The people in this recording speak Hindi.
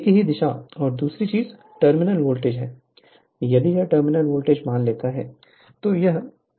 एक ही दिशा और दूसरी चीज़ टर्मिनल वोल्टेज है यदि यह टर्मिनल वोल्टेज मान लेता है तो यह है और यह है